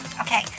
Okay